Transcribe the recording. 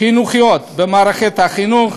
חינוכיות במערכת החינוך,